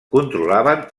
controlaven